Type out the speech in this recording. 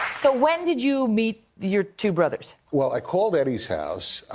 so when did you meet your two brothers? well, i called eddie's house.